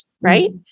right